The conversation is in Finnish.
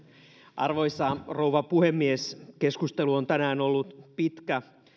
arvoisa rouva puhemies keskustelu on tänään ollut pitkä